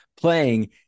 playing